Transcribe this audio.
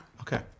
Okay